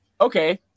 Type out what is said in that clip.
okay